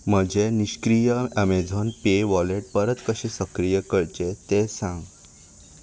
म्हजें निश्क्रीय Amazon Pay wallet परत कशें सक्रीय करचें तें सांग